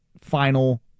final